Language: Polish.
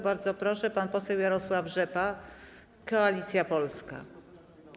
Bardzo proszę, pan poseł Jarosław Rzepa, Koalicja Polska.